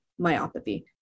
myopathy